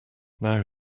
now